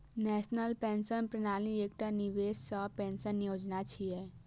national pension प्रणाली एकटा निवेश सह पेंशन योजना छियै